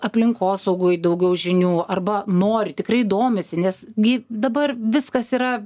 aplinkosaugoj daugiau žinių arba nori tikrai domisi nes gi dabar viskas yra